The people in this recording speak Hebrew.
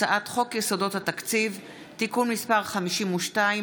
הצעת חוק יסודות התקציב (תיקון מס' 52,